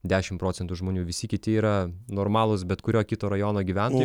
dešim procentų žmonių visi kiti yra normalūs bet kurio kito rajono gyventojai